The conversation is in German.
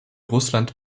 russland